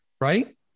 Right